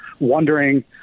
Wondering